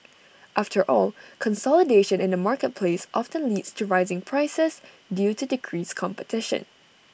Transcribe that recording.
after all consolidation in the marketplace often leads to rising prices due to decreased competition